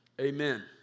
Amen